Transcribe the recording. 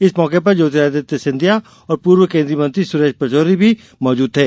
इस अवसर पर ज्योतिरादित्य सिंधिया और पूर्व केंद्रीय मंत्री सुरेश पचोरी भी मौजूद थे